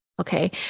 okay